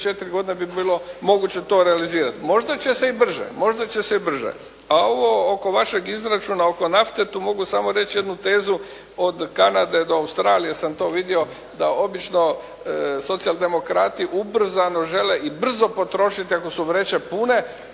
godine bi bilo moguće to realizirati. Možda će se i brže. A ovo oko vašeg izračuna oko nafte, tu mogu samo reći jednu tezu, od Kanade do Australije sam to vidio da obično socijaldemokrati ubrzano žele i brzo potrošiti ako su vreće pune,